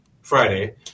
Friday